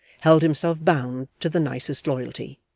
held himself bound to the nicest loyalty.